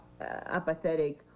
apathetic